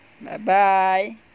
Bye-bye